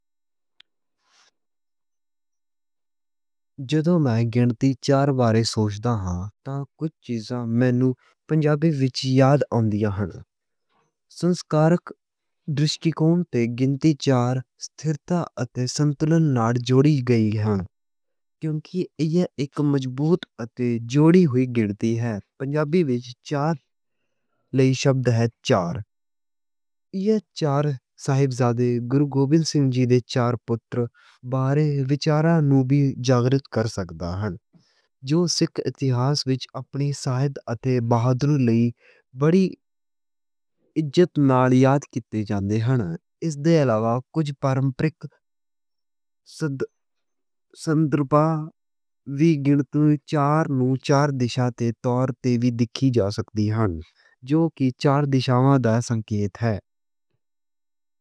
جدوں میں گنتی چار بارے سوچدا ہاں تے کچھ چیزاں مینوں پنجابی وچ یاد آؤندیاں ہن۔ اپاں وی سنسکارک درشٹیکون تے گنتی چار استھرتا اتے سنتولن نال جوڑی گئی ہن کیونکہ ایہ اک مضبوط اتے جوڑی ہوئی گنتی ہے۔ پنجابی وچ چار لئی شبد ہے چار۔ ایہ چار صاحبزادے گرو گوبند سنگھ جی دے چار پتر بارے وچاراں نوں وی جاگرت کر سکدا ہن۔ جو سکھ اتہاس وچ اپنی شہادت اتے بہادری لئی بڑی عزت نال یاد کیتے جاندے ہن۔ اس دے علاوہ کچھ پرمپرک سندربھ وچ وی گنتی چار نوں چار دشا تے طور تے وی دیکھی جا سکدی ہن۔ جو کہ چار دشاواں دا سنکیت ہے۔